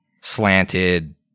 slanted